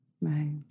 Right